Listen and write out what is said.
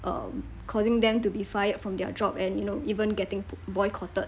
um causing them to be fired from their job and you know even getting b~ boycotted